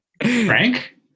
Frank